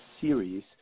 series